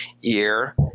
year